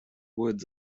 woods